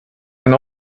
and